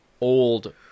old